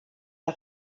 der